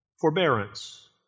forbearance